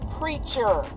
preacher